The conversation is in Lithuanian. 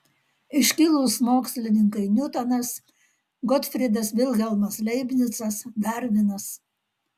iškilūs mokslininkai niutonas gotfrydas vilhelmas leibnicas darvinas